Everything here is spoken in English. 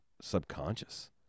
subconscious